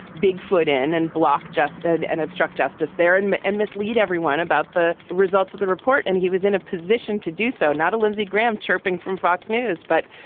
big foot in and block just and and obstruct justice there and and mislead everyone about the results of the report. and he was in a position to do so, not a lindsey graham chirping from fox news. but,